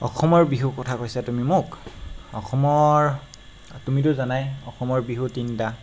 অসমৰ বিহুৰ কথা কৈছা তুমি মোক অসমৰ তুমিটো জানাই অসমৰ বিহু তিনিটা